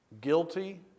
guilty